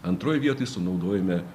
antroj vietoj sunaudojame